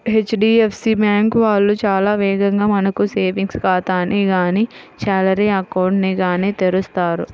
HDFC bank వాళ్ళు చాలా వేగంగా మనకు సేవింగ్స్ ఖాతాని గానీ శాలరీ అకౌంట్ ని గానీ తెరుస్తారు